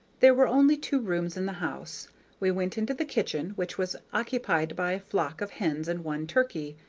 there were only two rooms in the house we went into the kitchen, which was occupied by a flock of hens and one turkey.